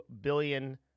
billion